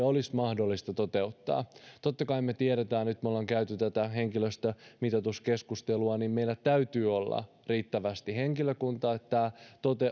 olisi mahdollista toteuttaa totta kai me tiedämme kun me olemme käyneet tätä henkilöstömitoituskeskustelua että meillä täytyy olla riittävästi henkilökuntaa niin että